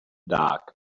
dark